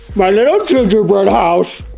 my little gingerbread house.